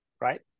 right